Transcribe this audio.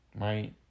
Right